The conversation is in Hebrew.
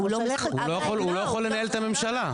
הוא לא יכול לנהל את הממשלה.